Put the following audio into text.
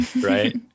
Right